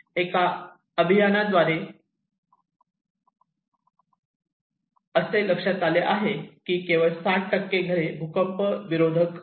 एका अभियान की केवळ 60 घरे भूकंप विरोधक आहे